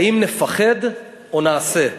האם נפחד או נעשה.